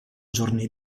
giorni